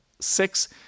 Six